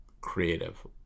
creative